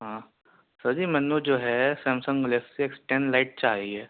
ہاں سر جی میں نے جو ہے Samsung Galaxy X ten lite چاہیے